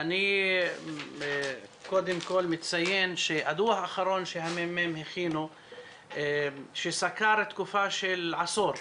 אני קודם כל מציין שהדוח האחרון שהממ"מ הכינו שסקר תקופה של עשור,